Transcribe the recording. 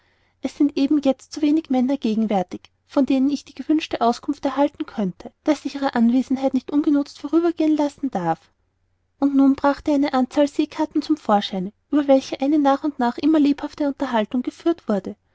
es sind eben jetzt so wenig männer gegenwärtig von denen ich die gewünschte auskunft erhalten könnte daß ich ihre anwesenheit nicht unbenützt vorübergehen lassen darf und nun brachte er eine anzahl seekarten zum vorscheine über welche eine nach und nach immer lebhaftere unterhaltung geführt wurde